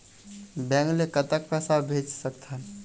Bank ले कतक पैसा भेज सकथन?